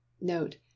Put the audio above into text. Note